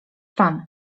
pan